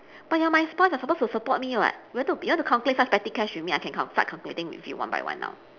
but you're my spouse you're supposed to support me [what] you want to ta~ you want to calculate such petty cash with me I can count start calculating with you one by one now